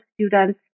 students